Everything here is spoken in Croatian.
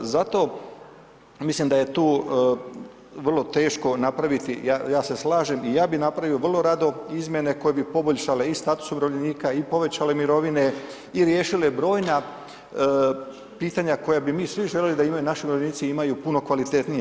Zato mislim da je tu vrlo teško napraviti, ja se slažem i ja bi napravio vrlo rado izmjene koje bi poboljšale i status umirovljenika i povećale mirovine i riješile brojna pitanja koja bi mi svi želili da imaju naši umirovljenici imaju puno kvalitetnije.